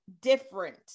different